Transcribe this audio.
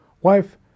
wife